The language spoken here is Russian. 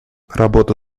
работа